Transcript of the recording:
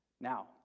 now